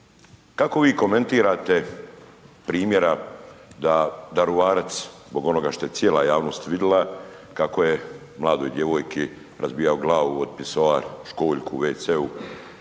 Kako vi komentirate primjera da Daruvarac zbog onoga što je cijela javnost vidla kako je mladoj djevojki razbijao glavu od pisoar, školjku u WC-u,